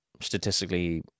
statistically